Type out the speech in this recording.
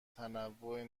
تنوع